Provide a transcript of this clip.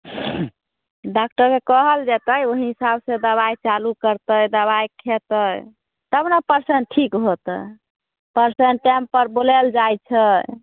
डाक्टरके कहल जेतै ओहि हिसाब से दबाइ चालु करतै दबाइ खेतै तब ने पेसेन्ट ठीक होतै पेसेन्ट टाइम पर बोलाएल जाइ छै